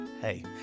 hey